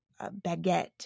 Baguette